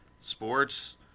sports